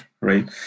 Right